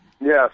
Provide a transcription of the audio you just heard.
Yes